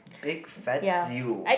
big fat zero